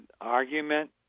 argument